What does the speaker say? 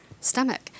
stomach